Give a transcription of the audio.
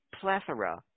plethora